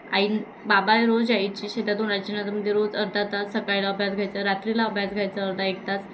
आई बाबा रोज यायचे शेतातून नंतर मग ते रोज अर्धा तास सकाळला अभ्यास घ्यायचा रात्रीला अभ्यास घ्यायचा अर्धा एक तास